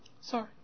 Sorry